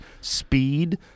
speed